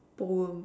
poem